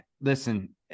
listen